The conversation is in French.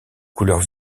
couleurs